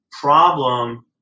Problem